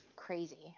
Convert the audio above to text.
Crazy